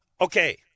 Okay